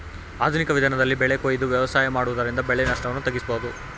ಆಧುನಿಕ ವಿಧಾನದಲ್ಲಿ ಬೆಳೆ ಕೊಯ್ದು ವ್ಯವಸಾಯ ಮಾಡುವುದರಿಂದ ಬೆಳೆ ನಷ್ಟವನ್ನು ತಗ್ಗಿಸಬೋದು